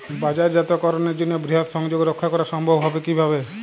বাজারজাতকরণের জন্য বৃহৎ সংযোগ রক্ষা করা সম্ভব হবে কিভাবে?